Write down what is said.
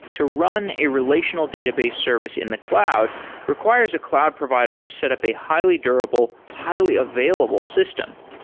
to run a relational database service in the cloud requires a cloud provider to set up a highly durable, highly available system.